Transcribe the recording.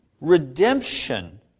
Redemption